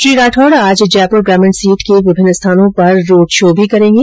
श्री राठौड़ आज जयपुर ग्रामीण सीट के विभिन्न स्थानों पर रोड शो भी करेंगे